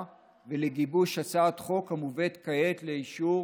ולגיבוש הצעת החוק המובאת כעת לאישור